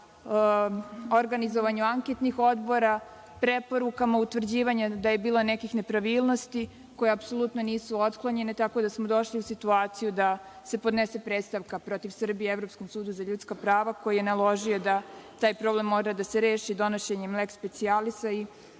organizovanju anketnih odbora, preporukama, utvrđivanjem da je bilo nekakvih nepravilnosti koje apsolutno nisu otklonjene, tako da smo došli u situaciju da se podnese predstavka protiv Srbije Evropskom sudu za ljudska prava, koji je naložio da taj problem mora da se reši donošenjem lex specialisa i